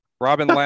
Robin